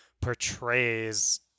portrays